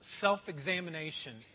self-examination